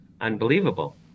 unbelievable